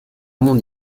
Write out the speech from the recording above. monde